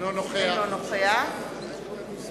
אינו נוכח אינו נוכח.